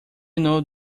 know